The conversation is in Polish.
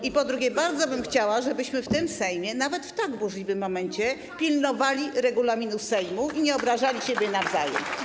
I po drugie, bardzo bym chciała, żebyśmy w tym Sejmie, nawet w tak burzliwym momencie, pilnowali regulaminu Sejmu i nie obrażali siebie nawzajem.